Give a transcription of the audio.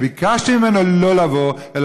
אני ביקשתי ממנו לא לבוא, אתה ביקשת ממנו?